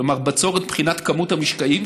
כלומר בצורת מבחינת כמות המשקעים,